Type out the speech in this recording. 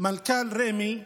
הופיע גם מנכ"ל רמ"י,